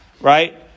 right